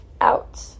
out